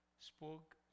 spoke